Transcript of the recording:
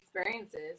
experiences